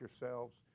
yourselves